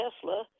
Tesla